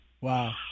wow